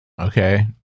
Okay